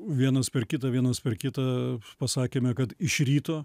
vienas per kitą vienas per kitą pasakėme kad iš ryto